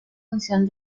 función